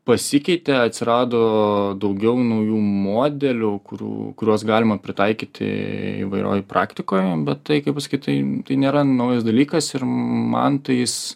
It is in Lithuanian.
pasikeitė atsirado daugiau naujų modelių kurių kuriuos galima pritaikyti įvairioj praktikoj bet tai kaip pasakyt tai tai nėra naujas dalykas ir man tai jis